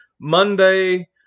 Monday